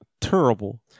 terrible